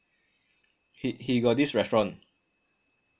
he he got this restaurant